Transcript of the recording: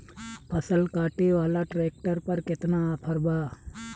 फसल काटे वाला ट्रैक्टर पर केतना ऑफर बा?